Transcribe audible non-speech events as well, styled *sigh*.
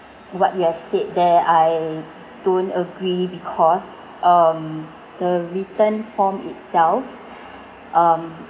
what you have said there I don't agree because um the written form itself *breath* um